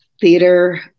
theater